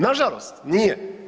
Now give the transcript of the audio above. Nažalost, nije.